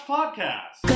Podcast